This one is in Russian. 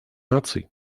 наций